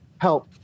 help